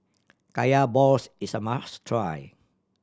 Kaya balls is a must try